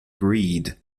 greed